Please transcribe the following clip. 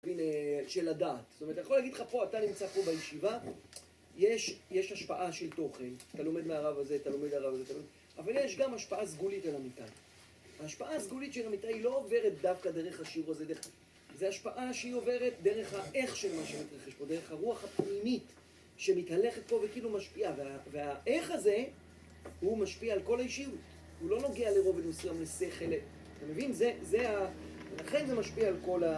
של הדעת, זאת אומרת, אני יכול להגיד לך פה, אתה נמצא פה בישיבה יש השפעה של תוכן, אתה לומד מהרב הזה, אתה לומד מהרב הזה אבל יש גם השפעה סגולית על המיטה ההשפעה הסגולית של המיטה היא לא עוברת דווקא דרך השיעור הזה זו השפעה שהיא עוברת דרך האיך של מה שמתרחש פה דרך הרוח הפנימית שמתהלכת פה וכאילו משפיעה והאיך הזה, הוא משפיע על כל האישיות הוא לא נוגע לרובד מסוים, לשכל. אתה מבין? זה ה... לכן זה משפיע על כל ה...